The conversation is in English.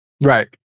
Right